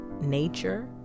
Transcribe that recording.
nature